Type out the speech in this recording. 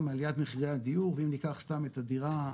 מעליית מחירי הדיור ואם ניקח סתם את הדירה,